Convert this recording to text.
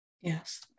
Yes